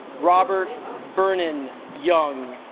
robert vernon young